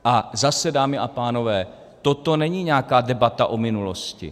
A zase, dámy a pánové, toto není nějaká debata o minulosti.